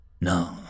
No